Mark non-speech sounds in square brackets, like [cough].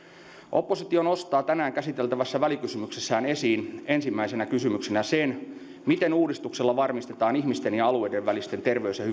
oppositio nostaa tänään käsiteltävässä välikysymyksessään esiin ensimmäisenä kysymyksenä sen miten uudistuksella varmistetaan ihmisten ja alueiden välisten terveys ja [unintelligible]